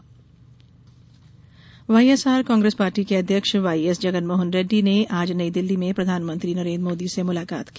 मोदी रेड्डी मुलाकात Y S R Congress party के अध्यक्ष वाई एस जगनमोहन रेड्डी ने आज नई दिल्ली में प्रधानमंत्री नरेन्द्र मोदी से मुलाकात की